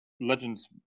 Legends